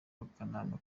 y’akanama